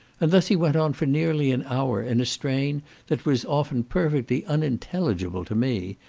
and thus he went on for nearly an hour, in a strain that was often perfectly unintelligible to me,